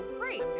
great